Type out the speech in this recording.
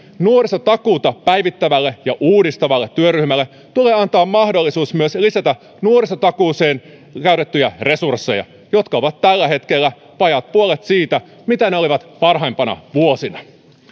nuorisotakuuta päivittävälle ja uudistavalle työryhmälle tulee antaa mahdollisuus myös lisätä nuorisotakuuseen käytettyjä resursseja jotka ovat tällä hetkellä vajaa puolet siitä mitä ne olivat parhaimpina vuosina